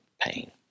pain